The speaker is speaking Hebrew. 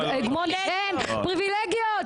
פריבילגיות.